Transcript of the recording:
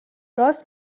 راست